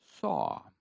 saw